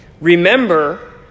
Remember